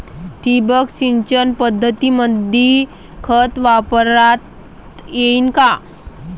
ठिबक सिंचन पद्धतीमंदी खत वापरता येईन का?